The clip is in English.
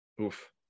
Oof